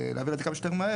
להעביר את זה כמה שיותר מהר,